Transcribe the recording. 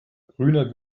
grüner